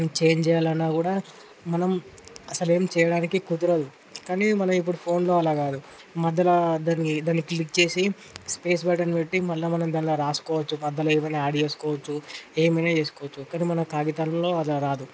change చేయాలన్న కూడా మనం అసలు ఏం చేయడానికి కుదరదు కానీ మన ఫోన్లో ఇప్పుడు అలా కాదు మధ్యల దాన్ని దాన్ని క్లిక్ చేసి స్పేస్ బటన్ పెట్టి మళ్ళీ మనం దాంట్లో రాసుకోవచ్చు అందులో ఏమయినా యాడ్ చేసుకోవచ్చు ఏమైనా చేసుకోవచ్చు కానీ మన కాగితాలలో అలా రాదు